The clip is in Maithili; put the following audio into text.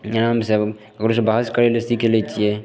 ध्यानसँ हम ककरोसँ बहस करय लए सीख लै छियै